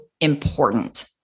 important